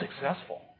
successful